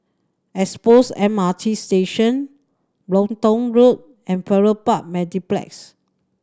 Expo M R T Station Brompton Road and Farrer Park Mediplex